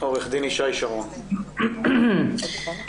בוקר טוב,